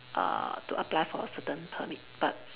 uh to apply for a certain permit but